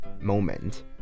moment